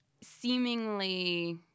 seemingly